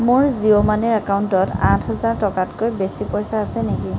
মোৰ জিঅ' মানিৰ একাউণ্টত আঠ হাজাৰ টকাতকৈ বেছি পইচা আছে নেকি